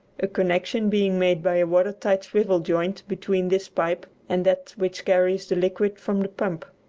a connection being made by a water-tight swivel-joint between this pipe and that which carries the liquid from the pump.